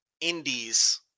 indies